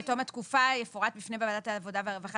בתום התקופה יפורט בפני ועדת העבודה והרווחה